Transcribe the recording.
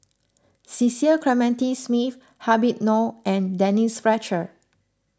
Cecil Clementi Smith Habib Noh and Denise Fletcher